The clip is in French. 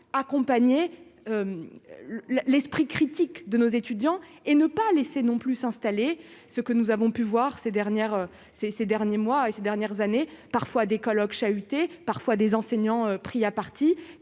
finalement l'esprit critique de nos étudiants et ne pas laisser non plus s'installer ce que nous avons pu voir ces dernières ces ces derniers mois et ces dernières années, parfois des colloques chahuté parfois des enseignants pris à partie,